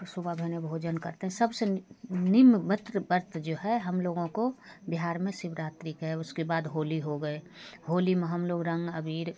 सुबह बहनें भोजन करते हैं सबसे निम्न मत्र व्रत जो है हम लोगों को बिहार में शिवरात्रि का है उसके बाद होली हो गई होली में हम लोग रंग अबीर